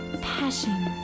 passion